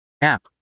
App